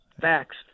facts